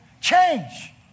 Change